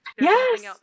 Yes